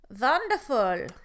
Wonderful